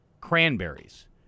cranberries